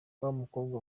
wamukobwa